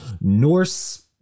Norse